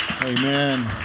Amen